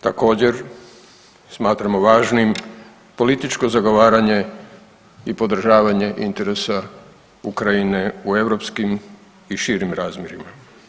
Također smatramo važnim političko zagovaranje i podržavanje interesa Ukrajine u europskim i širim razmjerima.